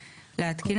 להתקין,